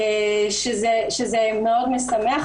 שזה מאוד משמח.